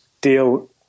deal